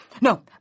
No